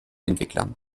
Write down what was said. entwicklern